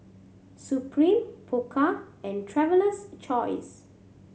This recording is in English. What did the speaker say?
Supreme Pokka and Traveler's Choice